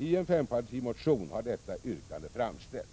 I en fempartimotion har detta yrkande framställts.